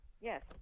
Yes